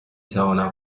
تونم